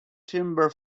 timber